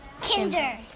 Kinder